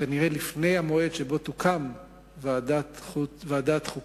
כנראה לפני המועד שבו תוקם ועדת החוקה,